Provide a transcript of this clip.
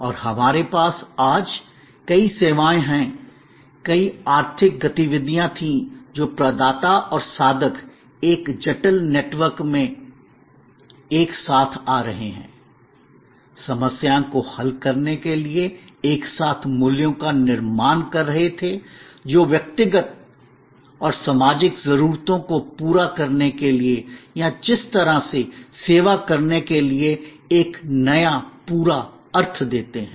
और हमारे पास आज कई सेवाएं हैं कई आर्थिक गतिविधियां थीं जो प्रदाता और साधक एक जटिल नेटवर्क में एक साथ आ रहे थे समस्याओं को हल करने के लिए एक साथ मूल्यों का निर्माण कर रहे थेजो व्यक्तिगत और सामाजिक जरूरतों को पूरा करने के लिए या जिस तरह से सेवा करने के लिए एक नया पूरा अर्थ देते हैं